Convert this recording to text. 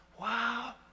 Wow